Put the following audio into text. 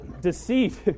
Deceit